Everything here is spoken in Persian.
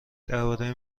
درباره